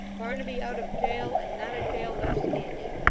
barnaby out of jail, and not a jail left standing!